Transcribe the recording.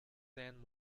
than